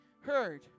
heard